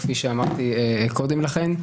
כמו שאמרתי קודם לכן.